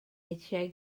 eisiau